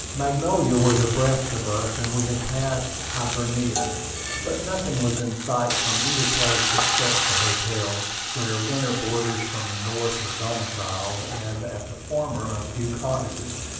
magnolia was abreast of us, and we had passed hibernia but nothing was in sight from either place except the hotels, where winter boarders from the north are domiciled, and at the former a few cottages.